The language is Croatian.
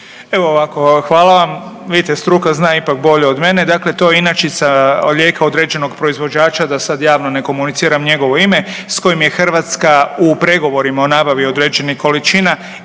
Evo ovako hvala vam. Vidite struka za ipak bolje od mene, dakle to je inačica lijeka određenog proizvođača, da sad javno ne komuniciram njegovo ime s kojim je Hrvatska u pregovorima o nabavi određenih količina